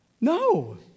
No